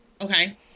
Okay